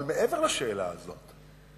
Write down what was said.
אבל מעבר לשאלה הזאת,